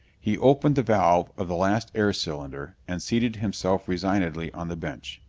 he opened the valve of the last air cylinder and seated himself resignedly on the bench.